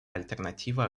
альтернатива